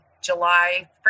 July